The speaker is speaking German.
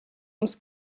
ums